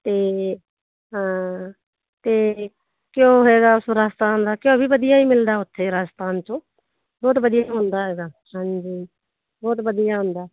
ਅਤੇ ਹਾਂ ਅਤੇ ਘਿਓ ਹੈਗਾ ਉਸ ਰਾਜਸਥਾਨ ਦਾ ਘਿਓ ਵੀ ਵਧੀਆ ਹੀ ਮਿਲਦਾ ਉੱਥੇ ਰਾਜਸਥਾਨ 'ਚੋਂ ਬਹੁਤ ਵਧੀਆ ਹੀ ਹੁੰਦਾ ਹੈਗਾ ਹਾਂਜੀ ਬਹੁਤ ਵਧੀਆ ਹੁੰਦਾ